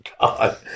God